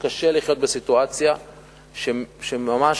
קשה לחיות בסיטואציה שממש,